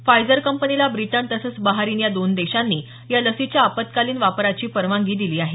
Pfizer कंपनीला Britain तसंच Bahrain या दोन देशांनी या लसीच्या आपत्कालीन वापराची परवानगी दिली आहे